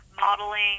modeling